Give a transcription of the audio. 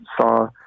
saw